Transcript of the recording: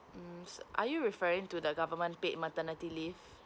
mm so are you referring to the government paid maternity leave